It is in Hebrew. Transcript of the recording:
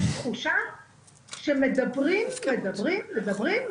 יש תחושה שמדברים ומדברים,